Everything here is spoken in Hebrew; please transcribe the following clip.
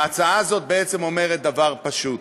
ההצעה הזאת אומרת דבר פשוט: